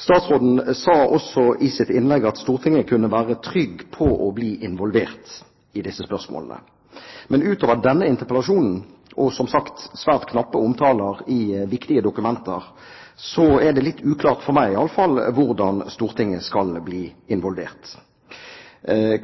Statsråden sa også i sitt innlegg at Stortinget kunne være trygg på å bli involvert i disse spørsmålene. Men utover denne interpellasjonen og, som sagt, svært knappe omtaler i viktige dokumenter, er det litt uklart – for meg i alle fall – hvordan Stortinget skal bli involvert.